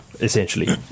Essentially